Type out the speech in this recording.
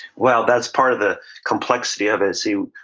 well, that's part of the complexity of it. see,